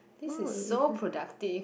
this is so productive